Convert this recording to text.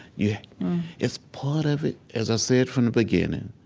yeah it's part of it, as i said, from the beginning.